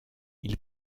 ils